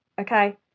okay